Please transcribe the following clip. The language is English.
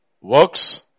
works